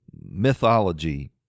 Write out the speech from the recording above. mythology